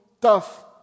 tough